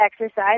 exercise